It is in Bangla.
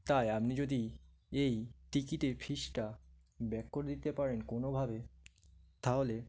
তাই আপনি যদি এই টিকিটেত ফিজটা ব্যাক করে দিতে পারেন কোনোভাবে তাহলে